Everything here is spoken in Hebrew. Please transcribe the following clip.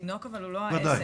התינוק הוא לא העסק.